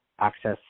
access